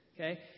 Okay